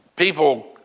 People